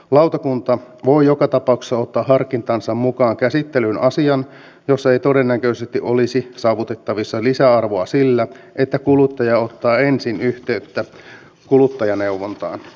lautakunta voi joka tapauksessa ottaa harkintansa mukaan käsittelyyn asian jossa ei todennäköisesti olisi saavutettavissa lisäarvoa sillä että kuluttaja ottaa ensin yhteyttä kuluttajaneuvontaan